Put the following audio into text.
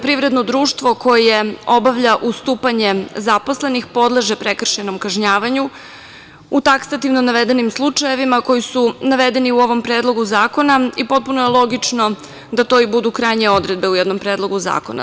Privredno društvo koje obavlja ustupanje zaposlenih podleže prekršajnom kažnjavanju u taksativnom navedenim slučajevima koji su navedeni u ovom Predlogu zakona i potpuno je logično da to i budu krajnje odredbe u jednom Predlogu zakona.